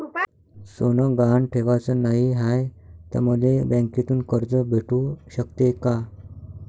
सोनं गहान ठेवाच नाही हाय, त मले बँकेतून कर्ज भेटू शकते का?